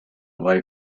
away